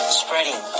spreading